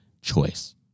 choice